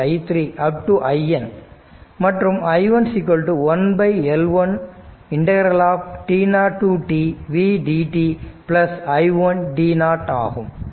i N மற்றும் i1 1L1 t0 to t ∫v dt i1 t ஆகும்